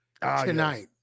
tonight